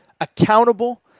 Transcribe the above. accountable